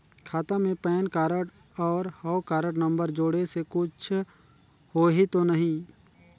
खाता मे pan card और हव कारड नंबर जोड़े से कुछ होही तो नइ?